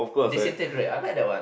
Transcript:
disintegrate I like that one